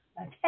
Okay